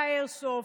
לאיירסופט,